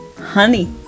honey